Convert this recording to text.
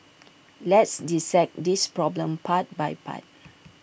let's dissect this problem part by part